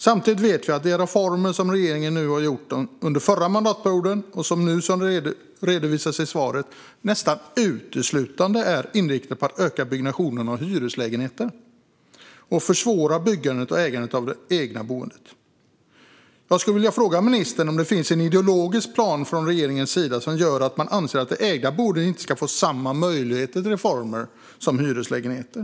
Samtidigt vet vi att de reformer som regeringen gjorde under den förra mandatperioden och som nu redovisas i svaret nästan uteslutande är inriktade på att öka byggnationen av hyreslägenheter och försvåra byggandet och ägandet av det egna boendet. Jag skulle vilja fråga ministern: Finns det en ideologisk plan från regeringens sida som gör att man anser att det ägda boendet inte ska få samma möjligheter till reformer som hyreslägenheten?